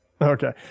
Okay